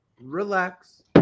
relax